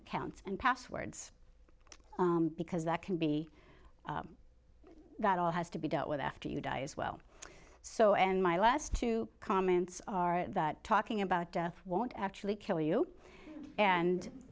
accounts and passwords because that can be that all has to be dealt with after you die as well so and my last two comments are that talking about won't actually kill you and